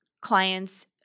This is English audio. clients